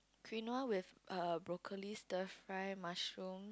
quinoa with err broccolis stir-fry mushroom